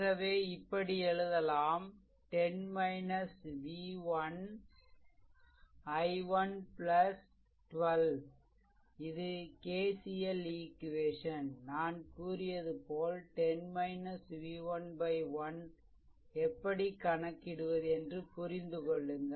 ஆகவே இப்படி எழுதலாம் 10 v1 i1 12 இது KCL ஈக்வேசன் நான் கூறியது போல 10 v1 1 எப்படி கணக்கிடுவது என்று புரிந்துகொள்ளுங்கள்